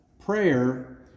prayer